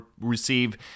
receive